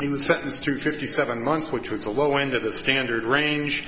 in the sentence to fifty seven months which was a low end of the standard range